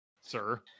Sir